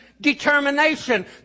determination